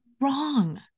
wrong